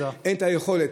אין את היכולת.